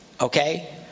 Okay